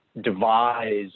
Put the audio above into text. devise